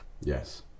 Yes